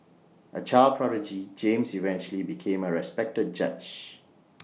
A child prodigy James eventually became A respected judge